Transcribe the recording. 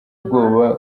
ubwoba